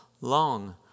long